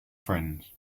friends